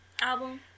album